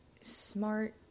smart